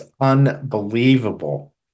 unbelievable